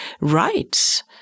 rights